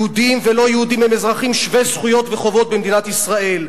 יהודים ולא-יהודים הם אזרחים שווי זכויות וחובות במדינת ישראל.